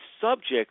subjects